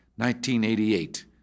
1988